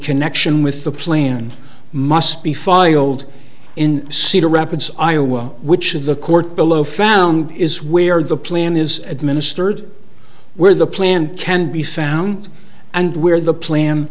connection with the plan must be filed in cedar rapids iowa which of the court below found is where the plan is administered where the plan can be found and where the plan